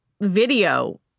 video